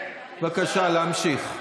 בבקשה, להמשיך.